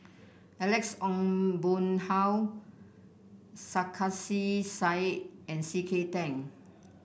Alex Ong Boon Hau Sarkasi Said and C K Tang